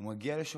הוא מגיע לשופט,